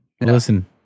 Listen